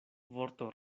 vorto